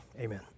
Amen